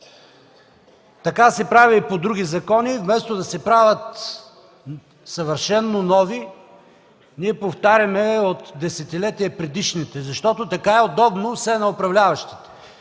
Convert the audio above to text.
Така се прави и по други закони, вместо да се правят съвършено нови. Ние повтаряме от десетилетия предишните, защото така е удобно все на управляващите.